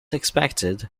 expected